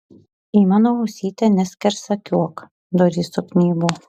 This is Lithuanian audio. į mano ausytę neskersakiuok durys sugnybo